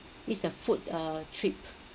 it's a food uh trip